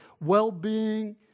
well-being